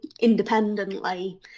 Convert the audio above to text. independently